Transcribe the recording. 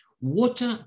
water